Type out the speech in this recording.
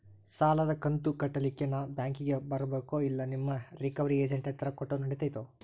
ಸಾಲದು ಕಂತ ಕಟ್ಟಲಿಕ್ಕೆ ನಾನ ಬ್ಯಾಂಕಿಗೆ ಬರಬೇಕೋ, ಇಲ್ಲ ನಿಮ್ಮ ರಿಕವರಿ ಏಜೆಂಟ್ ಹತ್ತಿರ ಕೊಟ್ಟರು ನಡಿತೆತೋ?